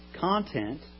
Content